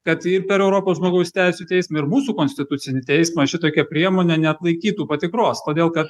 kad ir per europos žmogaus teisių teismą ir mūsų konstitucinį teismą šitokia priemonė neatlaikytų patikros todėl kad